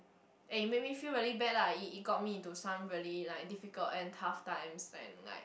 and it made me feel really bad lah it it got me into some really like difficult and tough times and like like